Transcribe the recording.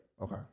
Okay